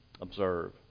observe